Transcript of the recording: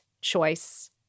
choice